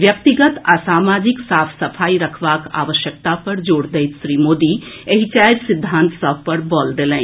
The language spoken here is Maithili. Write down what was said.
व्यक्तिगत आ सामाजिक साफ सफाई रखबाक आवश्यकता पर जोर दैत श्री मोदी एहि चारि सिद्धांत सभ पर बल देलनि